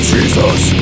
Jesus